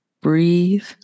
breathe